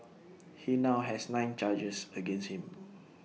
he now has nine charges against him